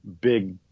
big